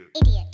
idiot